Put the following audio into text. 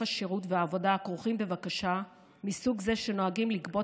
השירות והעבודה הכרוכים בבקשה מסוג זה שנוהגים לגבות